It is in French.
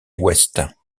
ouest